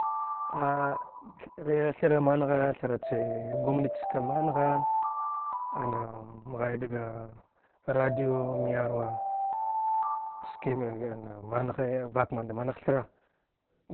ghighe thara manghe thara che gumnit ska man ghe anam ghai dgaa radiwaa myarwa ski manghe vak manda managh thra